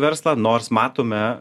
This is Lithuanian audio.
verslą nors matome